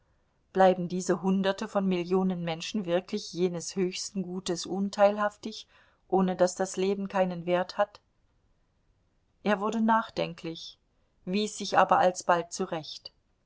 bleiben diese hunderte von millionen menschen wirklich jenes höchsten gutes unteilhaftig ohne das das leben keinen wert hat er wurde nachdenklich wies sich aber alsbald zurecht